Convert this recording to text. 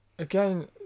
again